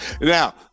Now